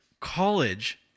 college